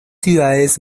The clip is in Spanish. ciudades